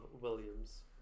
Williams